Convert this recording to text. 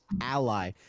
ally